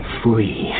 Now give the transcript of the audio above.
free